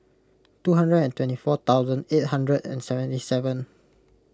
two hundred and twenty four thousand eight hundred and seventy seven